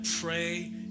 pray